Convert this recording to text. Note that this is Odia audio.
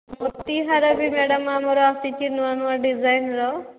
ମୋତି ହାର ବି ମ୍ୟାଡ଼ମ୍ ଆମର ଆସିଛି ନୂଆ ନୂଆ ଡିଜାଇନ୍ର